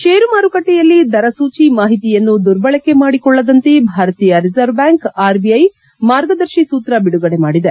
ಷೇರು ಮಾರುಕಟ್ಟೆಯಲ್ಲಿ ದರ ಸೂಜಿ ಮಾಹಿತಿಯನ್ನು ದುರ್ಬಳಕೆ ಮಾಡಿಕೊಳ್ಳದಂತೆ ಭಾರತೀಯ ರಿಸರ್ವ್ ಬ್ಯಾಂಕ್ ಆರ್ಬಿಐ ಮಾರ್ಗದರ್ಶಿ ಸೂತ್ರ ಬಿಡುಗಡೆ ಮಾಡಿದೆ